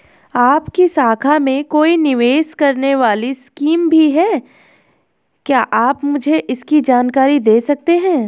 आपकी शाखा में कोई निवेश करने वाली स्कीम भी है क्या आप मुझे इसकी जानकारी दें सकते हैं?